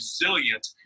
resilient